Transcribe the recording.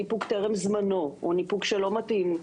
ניפוק כפול, ניפוק טרם זמנו או ניפוק שאינו מתאים.